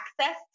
access